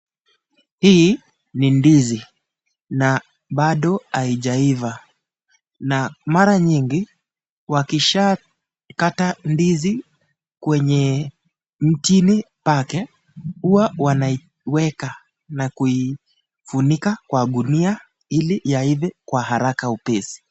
Hii ni ndizi na baso haijaiva na mara nyingi wakishakata ndizi kwenye mtini pake huwa wanaweka na kuifunika kwa gunia ili yaive haraka upesi.